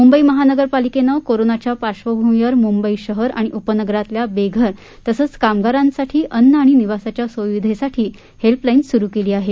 मुंबई महानगरपालिकेनं कोरोनाच्या पार्बभूमीवर मुंबई शहर आणि उपनगरांतल्या बेघर तसंच कामगारांसाठी अन्न आणि निवासाच्या सुविधेसाठी हेल्पलाईन सुरु केली आहे